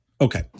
Okay